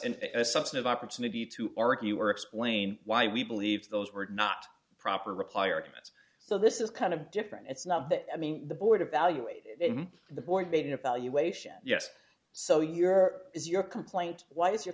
an assumption of opportunity to argue or explain why we believe those were not proper required so this is kind of different it's not that i mean the board evaluate the board made an evaluation yes so your is your complaint why is you